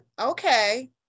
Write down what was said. okay